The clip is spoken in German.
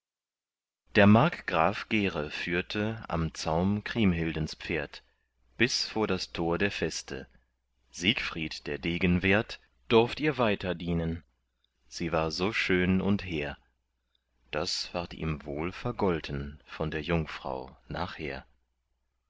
der markgraf gere führte am zaum kriemhildens pferd bis vor das tor der feste siegfried der degen wert durft ihr weiter dienen sie war so schön und hehr das ward ihm wohl vergolten von der jungfrau nachher